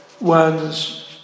one's